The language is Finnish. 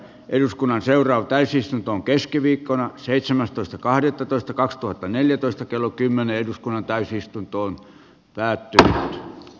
eduskunnan seuraa täysistuntoon keskiviikkona seitsemästoista kahdettatoista kaksituhattaneljätoista kello kymmenen eduskunnan täysistunto päätti j